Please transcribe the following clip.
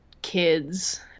kids